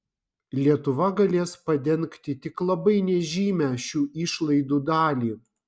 lietuva galės padengti tik labai nežymią šių išlaidų dalį